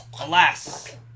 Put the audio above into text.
Alas